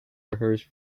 rehearse